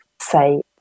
say